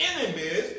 enemies